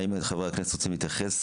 האם חברי הכנסת רוצים להתייחס,